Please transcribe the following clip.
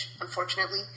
unfortunately